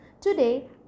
Today